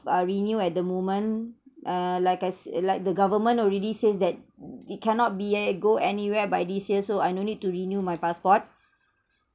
uh renew at the moment uh like I s~ like the government already says that it cannot be eh go anywhere by this year so I no need to renew my passport